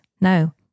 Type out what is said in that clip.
No